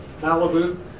Malibu